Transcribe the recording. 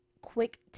quick